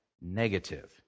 negative